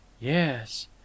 yes